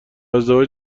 ازدواج